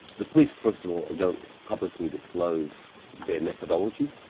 the police first of all don't publicly disclose their methodology,